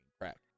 crack